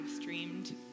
streamed